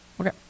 okay